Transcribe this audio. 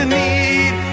need